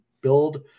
build